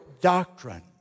doctrine